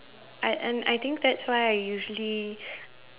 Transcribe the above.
I and I think that's why I usually